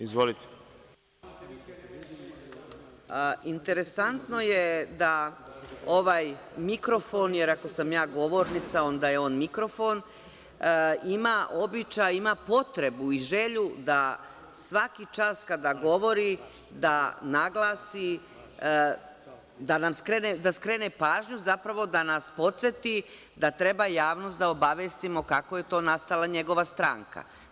Interesantno je da ovaj mikrofon, jer ako sam ja govornica onda je on mikrofon, ima običaj, ima potrebu i želju da svaki čas kada govori da naglasi, da skrene pažnju, zapravo da nas podseti da treba javnost da obavestimo kako je to nastala njegova stranka.